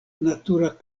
natura